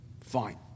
Fine